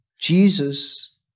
Jesus